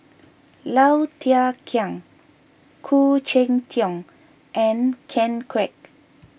Low Thia Khiang Khoo Cheng Tiong and Ken Kwek